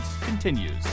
continues